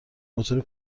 موتور